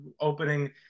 opening